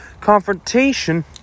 confrontation